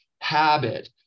habit